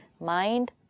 mind